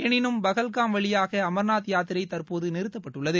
எனினும் பஹல்காம் வழியாக அம்நாத் யாத்திரை தற்போது நிறுத்தப்பட்டுள்ளது